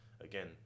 again